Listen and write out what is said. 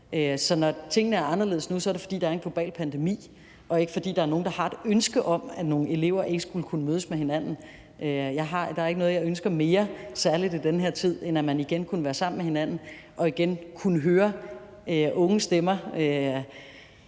Så når tingene er anderledes nu, er det, fordi der er en global pandemi, og ikke fordi der er nogen, der har et ønske om, at nogle elever ikke skulle kunne mødes med hinanden. Der er ikke noget, jeg ønsker mere, særlig i den her tid, end at man igen kunne være sammen med hinanden og igen kunne høre unge stemmer